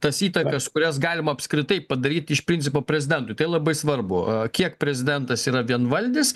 tas įtakas kurias galima apskritai padaryti iš principo prezidentui tai labai svarbu kiek prezidentas yra vienvaldis